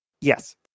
Yes